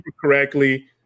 correctly